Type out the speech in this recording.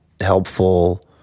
helpful